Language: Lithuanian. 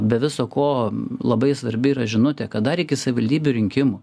be viso ko labai svarbi yra žinutė kad dar iki savivaldybių rinkimų